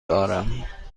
دارم